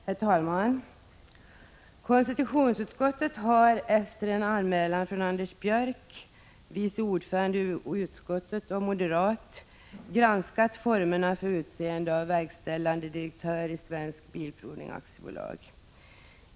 Herr talman! Konstitutionsutskottet har efter en anmälan från Anders Björck, vice ordförande i utskottet och moderat, granskat formerna för utseende av verkställande direktör i AB Svensk Bilprovning.